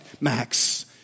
Max